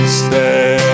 stay